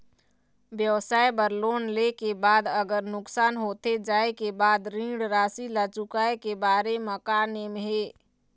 व्यवसाय बर लोन ले के बाद अगर नुकसान होथे जाय के बाद ऋण राशि ला चुकाए के बारे म का नेम हे?